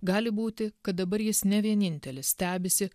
gali būti kad dabar jis ne vienintelis stebisi